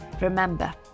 Remember